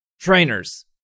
Trainers